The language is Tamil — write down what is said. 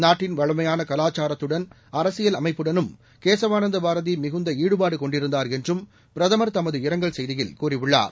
நாட்டின் வளமையான கலாசாரத்துடனும் அரசியல் அமைப்புடனும் கேசவானந்த பாரதி மிகுந்த ஈடுபாடு கொண்டிருந்தார் என்றும் பிரதமர் தமது இரங்கல் செய்தியில் கூறியுள்ளார்